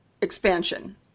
expansion